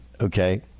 okay